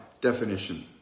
definition